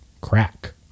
crack